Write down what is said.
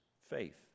faith